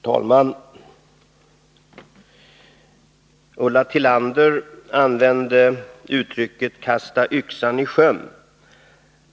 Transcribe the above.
Herr talman! Ulla Tillander använde uttrycket kasta yxan i sjön.